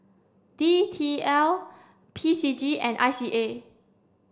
D T L P C G and I C A